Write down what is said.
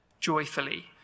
joyfully